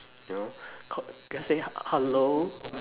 you know ca~ just say hello